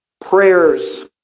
Prayers